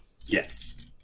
yes